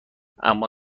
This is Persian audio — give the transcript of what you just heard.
اما